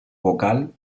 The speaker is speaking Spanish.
vocal